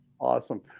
Awesome